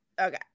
Okay